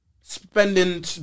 spending